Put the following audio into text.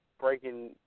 breaking